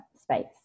space